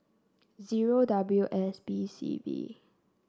zero W S B C B